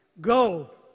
Go